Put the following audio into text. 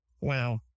Wow